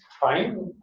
fine